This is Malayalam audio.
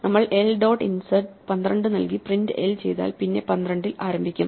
നമ്മൾ എൽ ഡോട്ട് ഇൻസേർട്ട് 12 നൽകി പ്രിന്റ് എൽ ചെയ്താൽ പിന്നെ 12 ഇൽ ആരംഭിക്കും